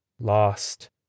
Lost